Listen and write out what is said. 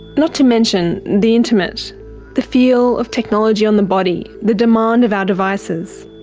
not to mention the intimate the feel of technology on the body, the demand of our devices.